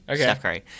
okay